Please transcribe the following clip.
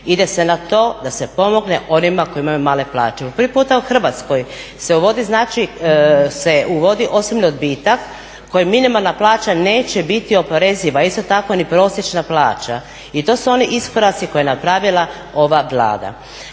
ide se na to da se pomogne onima koji imaju male plaće. Prvi puta u Hrvatskoj se uvodi osobni odbitak koji minimalna plaća neće biti oporeziva, a isto tako ni prosječna plaća i to su oni iskoraci koje je napravila ova Vlada.